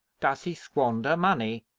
does he squander money?